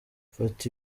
mfata